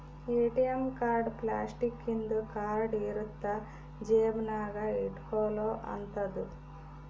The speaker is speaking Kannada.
ಎ.ಟಿ.ಎಂ ಕಾರ್ಡ್ ಪ್ಲಾಸ್ಟಿಕ್ ಇಂದು ಕಾರ್ಡ್ ಇರುತ್ತ ಜೇಬ ನಾಗ ಇಟ್ಕೊಲೊ ಅಂತದು